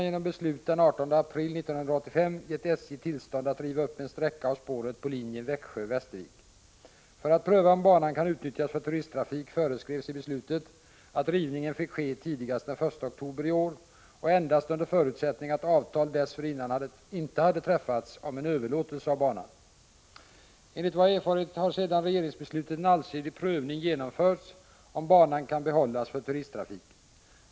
Enligt vad jag erfarit har sedan regeringsbeslutet en allsidig prövning genomförts för att klargöra om banan kan behållas för turisttrafik.